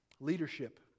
leadership